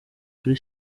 kuri